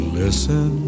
listen